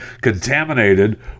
Contaminated